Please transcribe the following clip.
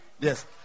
Yes